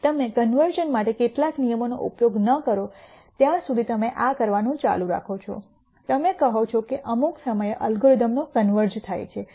તમે કન્વર્ઝન માટે કેટલાક નિયમનો ઉપયોગ ન કરો ત્યાં સુધી તમે આ કરવાનું ચાલુ રાખો છો તમે કહો છો કે અમુક સમયે અલ્ગોરિધમનો કન્વર્ઝ થાય છે